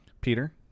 Peter